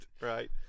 right